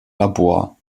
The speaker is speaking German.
labor